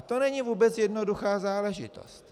To není vůbec jednoduchá záležitost.